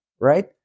right